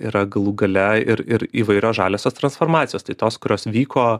yra galų gale ir ir įvairios žaliosios transformacijos tai tos kurios vyko